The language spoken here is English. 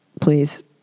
please